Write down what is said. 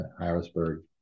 Harrisburg